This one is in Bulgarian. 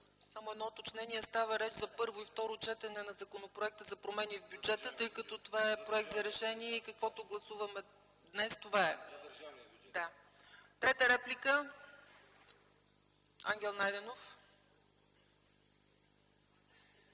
Само едно уточнение. Става реч за първо и второ четене на законопроекта за промени в бюджета, тъй като това е проект за решение и каквото гласуваме днес – това е. АСЕН ГАГАУЗОВ (КБ): Да, в